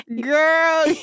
Girl